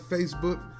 Facebook